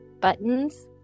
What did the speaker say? buttons